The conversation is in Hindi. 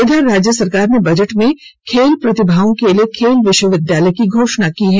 इधर राज्य सरकार ने बजट में खेल प्रतिभाओं के लिए खेल विश्वविद्यालय की घोषणा भी है